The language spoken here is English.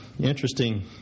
interesting